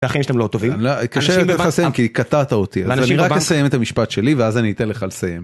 ‫אחי, אשתם לא טובים. ‫-אני לא... קשה לך לסיים ‫כי היא קטעת אותי. ‫אז אני רק אסיים את המשפט שלי ‫ואז אני אתן לך לסיים.